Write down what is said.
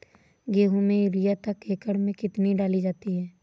गेहूँ में यूरिया एक एकड़ में कितनी डाली जाती है?